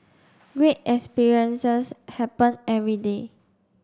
great experiences happen every day